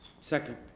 Second